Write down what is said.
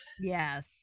Yes